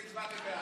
אני הצבעתי בעד.